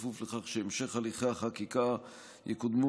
בכפוף לכך שבהמשך הליכי החקיקה יקודמו